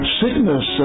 sickness